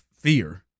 fear